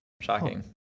shocking